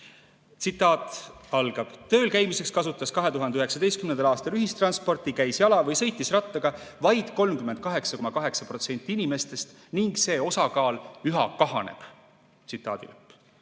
Tsitaat algab: "Tööl käimiseks kasutas 2019. aastal ühistransporti, käis jala või sõitis rattaga vaid 38,8 protsenti inimestest ning see osakaal üha kahaneb." Leheküljel